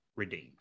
redeemed